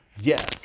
Yes